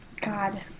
God